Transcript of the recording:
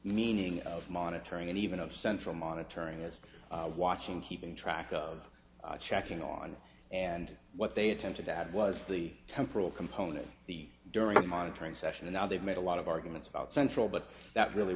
meaning of monitoring and even of central monitoring is watching keeping track of checking on and what they attempted to add was the temporal component the during the monitoring session and now they've made a lot of arguments about central but that really